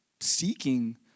seeking